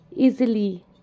Easily